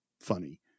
funny